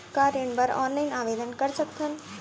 का ऋण बर ऑनलाइन आवेदन कर सकथन?